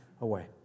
away